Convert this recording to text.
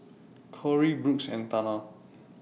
Kory Brooks and Tana